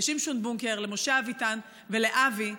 למשה אביטן ולאבי,